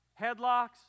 headlocks